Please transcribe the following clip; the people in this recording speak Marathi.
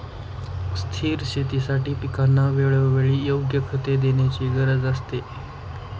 स्थिर शेतीसाठी पिकांना वेळोवेळी योग्य खते देण्याची गरज असते